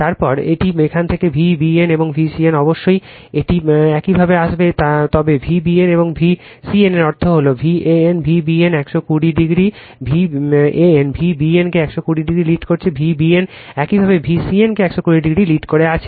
তারপর এটি এখান থেকে Vbn এবং Vcn অবশ্যই এটি এইভাবে আসবে তবে Vbn এবং Vcn এর অর্থ হল Van Vbn 120 কে লিড দিচ্ছে Vbn একইভাবে Vcn কে 120 ডিগ্রি লিড করে আছে